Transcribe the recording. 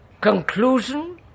conclusion